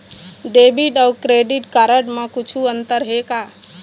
Debit अऊ credit card म कुछू अंतर हे का?